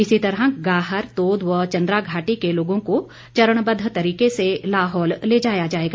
इसी तरह गाहर तोद व चंद्रा घाटी के लोगों को चरणबद्ध तरीके से लाहौल ले जाया जाएगा